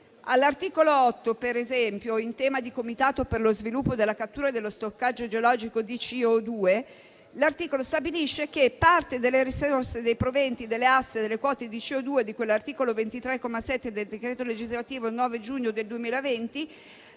L'articolo 8, in tema di Comitato per lo sviluppo della cattura e dello stoccaggio geologico di CO₂, stabilisce che parte delle risorse dei proventi delle aste delle quote di CO2, di cui all'articolo 23, comma 7, del decreto legislativo 9 giugno 2020,